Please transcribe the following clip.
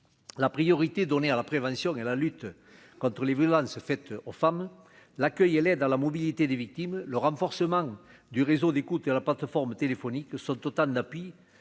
la priorité donnée à la prévention et la lutte contre les violences faites aux femmes, l'accueil et l'aide à la mobilité des victimes, le renforcement du réseau d'écoute la plateforme téléphonique que son total Nappi